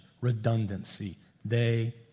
redundancy—they